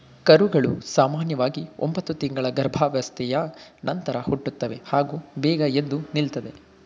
ಕರುಗಳು ಸಾಮನ್ಯವಾಗಿ ಒಂಬತ್ತು ತಿಂಗಳ ಗರ್ಭಾವಸ್ಥೆಯ ನಂತರ ಹುಟ್ಟುತ್ತವೆ ಹಾಗೂ ಬೇಗ ಎದ್ದು ನಿಲ್ತದೆ